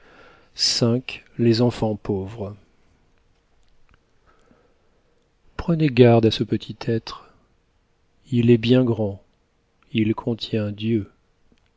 prenez garde à ce petit être il est bien grand il contient dieu